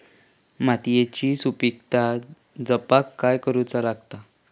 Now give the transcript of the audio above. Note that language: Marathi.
मातीयेची सुपीकता जपाक काय करूचा लागता?